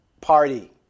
Party